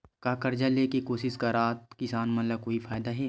का कर्जा ले के कोशिश करात किसान मन ला कोई फायदा हे?